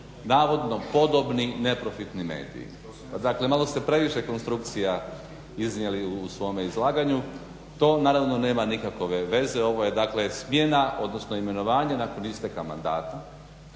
navodno podobni neprofitni mediji. Dakle malo ste previše konstrukcija iznijeli u svome izlaganju, to naravno nema nikakve veze, ovo je dakle smjena odnosno imenovanje nakon isteka mandata.